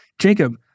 Jacob